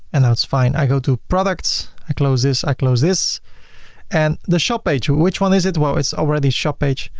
and that's fine. i go to products, i close this, i close this and the shop page which one is it? well it's already shop page.